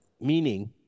Meaning